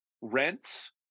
rents